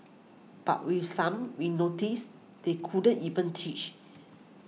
but with some we noticed they couldn't even teach